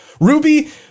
Ruby